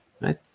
right